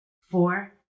four